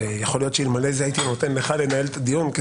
שיכול להיות שאלמלא זה הייתי נותן לך לנהל את הדיון,